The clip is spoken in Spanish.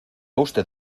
usted